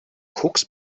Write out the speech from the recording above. koks